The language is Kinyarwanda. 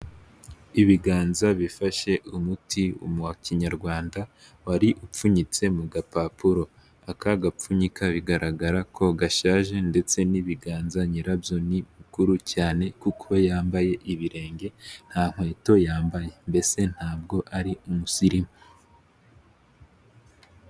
Ibiganza bifashe umuti wa kinyarwanda, wari upfunyitse mu gapapuro, aka gapfunyika biragaragara ko gashaje ndetse n'ibiganza nyirabyo ni mukuru cyane, kuko yambaye ibirenge nta nkweto yambaye, mbese ntabwo ari umusirimu.